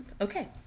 Okay